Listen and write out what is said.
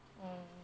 orh